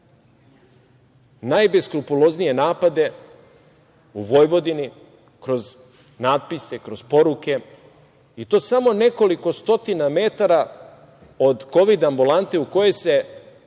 najbeskrupuloznije napade u Vojvodini, kroz natpise, kroz poruke, i to samo nekoliko stotina metara od kovid ambulante u kojoj se,